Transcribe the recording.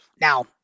Now